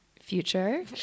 future